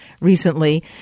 recently